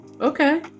Okay